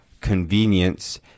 convenience